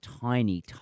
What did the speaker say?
tiny